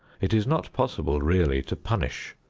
it is not possible really to punish,